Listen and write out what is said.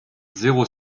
zéro